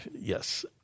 yes